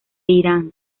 irán